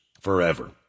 forever